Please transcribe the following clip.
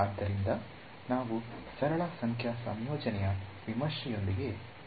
ಆದ್ದರಿಂದ ನಾವು ಸರಳ ಸಂಖ್ಯಾ ಸಂಯೋಜನೆಯ ವಿಮರ್ಶೆಯೊಂದಿಗೆ ಪ್ರಾರಂಭಿಸೋಣ